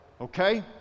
okay